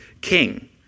king